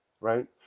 right